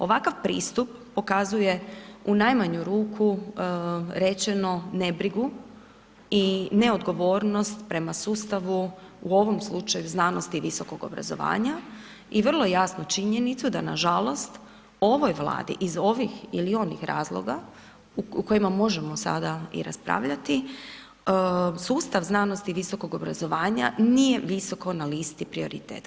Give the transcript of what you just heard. Ovakav pristup pokazuje u najmanju ruku rečeno ne brigu i neodgovornost prema sustavu u ovom slučaju znanosti i visokog obrazovanja i vrlo jasnu činjenicu da na žalost ovoj Vladi iz ovih ili onih razloga u kojima možemo sada i raspravljati sustav znanosti i visokog obrazovanja nije visoko na listi prioriteta.